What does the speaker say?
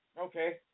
Okay